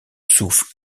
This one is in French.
souffles